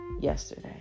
yesterday